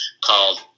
called